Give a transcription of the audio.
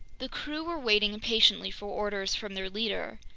the crew were waiting impatiently for orders from their leader.